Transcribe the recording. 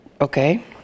okay